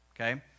Okay